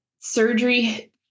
surgery